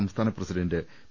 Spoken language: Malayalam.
സംസ്ഥാന പ്രസിഡന്റ് പി